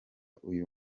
uyu